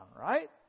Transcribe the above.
right